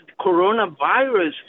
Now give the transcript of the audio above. coronavirus